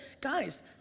guys